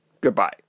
goodbye